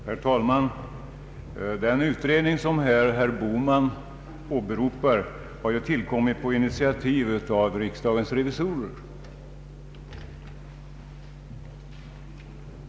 Herr talman! Den utredning som herr Bohman åberopar har tillkommit på initiativ av riksdagens revisorer.